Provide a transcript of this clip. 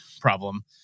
problem